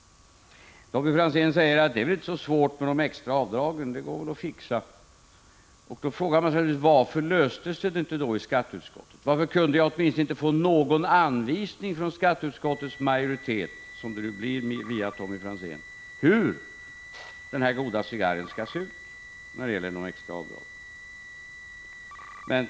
Tommy Franzén säger: Det är väl inte så svårt det här med de extra avdragen. Den saken går väl att fixa. Då frågar man sig naturligtvis: Varför gick det inte att komma fram till en lösning i skatteutskottet? Varför kunde jag inte ha fått åtminstone någon anvisning från skatteutskottets majoritet, som Tommy Franzén bidrar till, om hur den här goda cigarren — de extra avdragen — skall se ut?